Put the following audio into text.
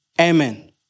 Amen